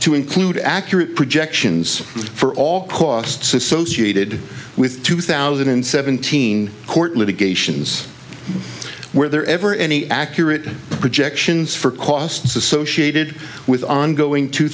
to include accurate projections for all costs associated with two thousand and seventeen court litigations where there ever any accurate projections for costs associated with ongoing two